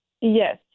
Yes